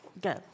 good